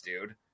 dude